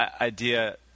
idea